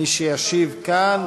מי שתשיב כאן,